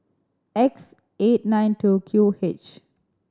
X eight nine two Q H